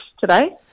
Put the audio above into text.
today